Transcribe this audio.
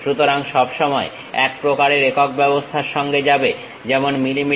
সুতরাং সব সময় এক প্রকারের একক ব্যবস্থার সঙ্গে যাবে যেমন mm